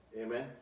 Amen